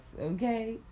okay